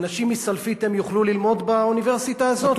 האנשים מסלפית, הם יוכלו ללמוד באוניברסיטה הזאת?